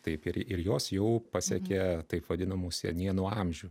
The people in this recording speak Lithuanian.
taip ir ir jos jau pasiekė taip vadinamų senienų amžių